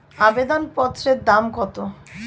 আবেদন পত্রের দাম কত?